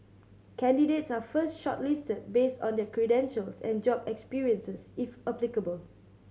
candidates are first shortlisted based on their credentials and job experiences if applicable